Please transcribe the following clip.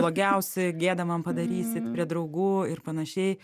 blogiausi gėdą man padarysit prie draugų ir panašiai